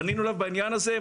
אנחנו פנינו אליו בעניין הזה.